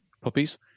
puppies